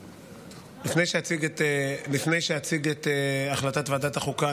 לפני שאציג את החלטת ועדת החוקה,